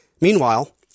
Meanwhile